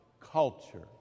culture